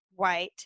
White